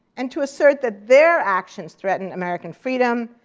and to assert that their actions threaten american freedom,